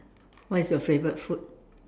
what is your favorite food